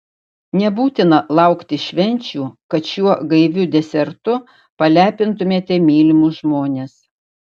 nebūtina laukti švenčių kad šiuo gaiviu desertu palepintumėte mylimus žmones